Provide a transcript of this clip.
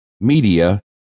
media